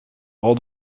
all